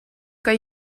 kan